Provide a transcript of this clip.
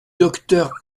docteur